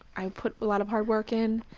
i put a lot of hard work in,